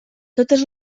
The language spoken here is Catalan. totes